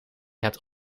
hebt